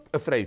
afraid